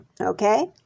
Okay